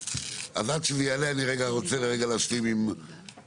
אז עד שהמצגת תעלה אני רוצה להשלים עם הרווחה.